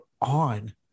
on